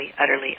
utterly